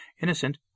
innocent